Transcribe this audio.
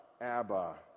Abba